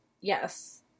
Yes